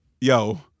yo